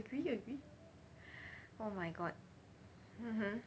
agree agree oh my god mmhmm